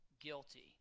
guilty